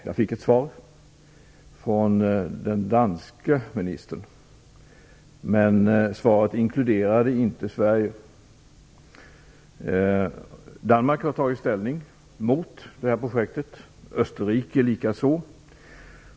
Jag fick svar från Danmarks minister, men svaret inkluderade inte Danmark har tagit ställning mot projektet, Österrike likaså.